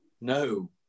no